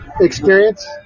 Experience